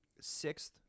Sixth